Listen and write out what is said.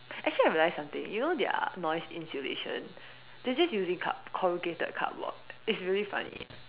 actually I realize something you know their noise insulation they're just using card~ corrugated cardboard it's really funny